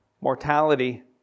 mortality